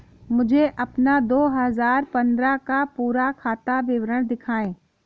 मुझे अपना दो हजार पन्द्रह का पूरा खाता विवरण दिखाएँ?